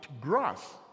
grass